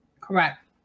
correct